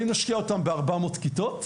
האם נשקיע אותם ב-400 כיתות,